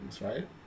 right